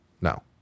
no